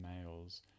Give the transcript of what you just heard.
males